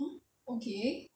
!huh! okay